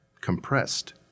compressed